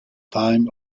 time